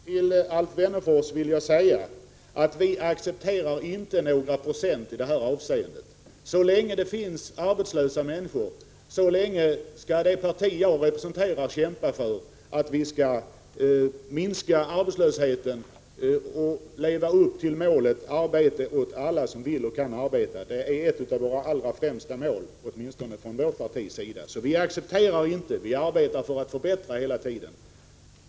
Herr talman! Till Alf Wennerfors vill jag säga att vi inte accepterar några procent alls, när det gäller hur många som står utanför arbetsmarknaden. Så länge det finns arbetslösa människor skall det parti jag representerar kämpa för att minska arbetslösheten och leva upp till målet om arbete åt alla som vill och kan arbeta. Det är ett av våra allra främsta mål. Vi accepterar alltså inte förhållandena, utan vi arbetar hela tiden för att förbättra läget.